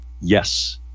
Yes